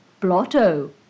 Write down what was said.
Blotto